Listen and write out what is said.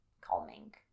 calming